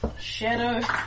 shadow